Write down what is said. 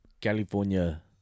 California